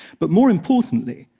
but more importantly,